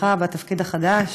הצלחה בתפקיד החדש.